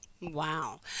Wow